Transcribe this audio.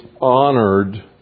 honored